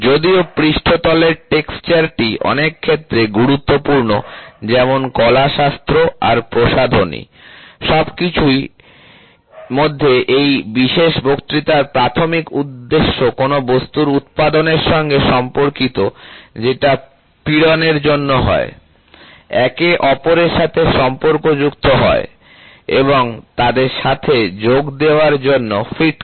যদিও পৃষ্ঠতলের টেক্সচার টি অনেক ক্ষেত্রে গুরুত্বপূর্ণ যেমন কলাশাস্ত্র আর প্রসাধনী সবকিছুর মধ্যেএই বিশেষ বক্তৃতার প্রাথমিক উদ্দেশ্য কোন বস্তুর উৎপাদনের সঙ্গে সম্পর্কিত যেটা পীড়ন এর জন্য হয় একে অপরের সাথে সম্পর্কযুক্ত হয় এবং তাদের সাথে যোগ দেওয়ার জন্য ফিট করে